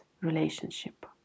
relationship